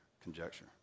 conjecture